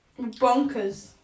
bonkers